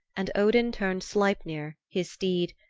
and odin turned sleipner, his steed,